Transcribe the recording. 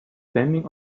standing